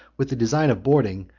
with the design of boarding,